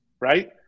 right